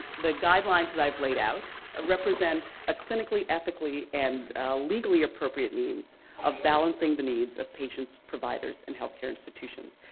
the guidelines that i've laid out ah represent a clinically ethically and legally appropriate means of balancing the needs of patients, providers, and health care institutions.